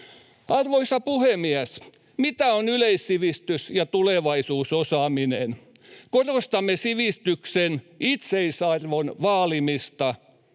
Arvoisa puhemies! Mitä ovat yleissivistys ja tulevaisuusosaaminen? Korostamme sivistyksen itseisarvon vaalimista